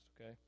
okay